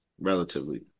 relatively